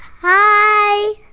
Hi